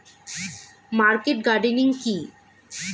Market gardening কি?